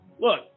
look